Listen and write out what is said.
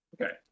Okay